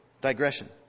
digression